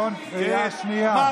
קריאה שנייה.